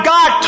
God